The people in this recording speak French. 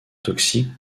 toxiques